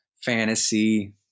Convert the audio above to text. fantasy